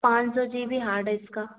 पाँच सौ G B hard है इसका